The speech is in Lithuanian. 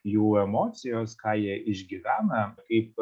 jų emocijos ką jie išgyvena kaip